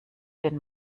den